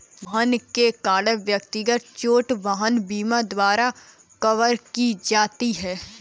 वाहन के कारण व्यक्तिगत चोट वाहन बीमा द्वारा कवर की जाती है